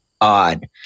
odd